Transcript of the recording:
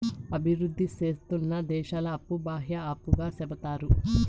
అభివృద్ధి సేందుతున్న దేశాల అప్పు బాహ్య అప్పుగా సెప్తారు